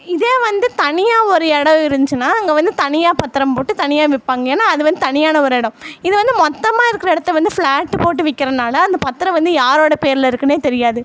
இதே வந்து தனியா ஒரு இடம் இருந்துச்சுன்னா அங்க வந்து தனியாக பத்திரம் போட்டு தனியாக விற்பாங்க ஏன்னா அது வந்து தனியான ஒரு இடம் இது வந்து மொத்தமாக இருக்கிற இடத்த வந்து ஃப்ளாட்டு போட்டு விற்கிறனால அந்த பத்திரம் வந்து யாரோட பேரில் இருக்குதுன்னே தெரியாது